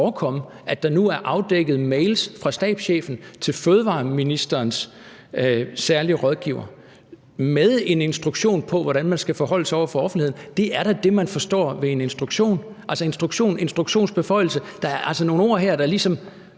at der nu er afdækket mails fra stabschefen til fødevareministerens særlige rådgiver med en instruktion på, hvordan man skal forholde sig over for offentligheden? Det er da det, man forstår ved en instruktion, altså en instruktionsbeføjelse. Der er altså nogle ord her, hvor der ligesom